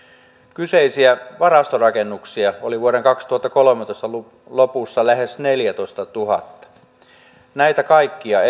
kyseisiä varastorakennuksia oli vuoden kaksituhattakolmetoista lopussa lähes neljätoistatuhatta näitä kaikkia